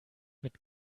mit